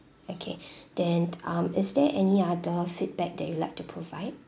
okay then um is there any other feedback that you'd like to provide